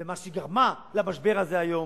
במה שגרמה למשבר הזה היום.